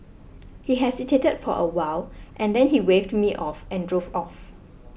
he hesitated for a while and then he waved me off and drove off